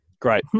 Great